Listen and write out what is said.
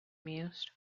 mused